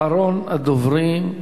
אחרון הדוברים,